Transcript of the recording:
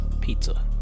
pizza